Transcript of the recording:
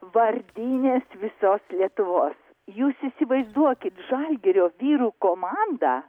vardinės visos lietuvos jūs įsivaizduokit žalgirio vyrų komanda